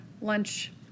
lunch